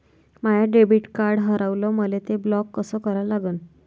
माय debit card हारवलं, मले ते ब्लॉक कस करा लागन?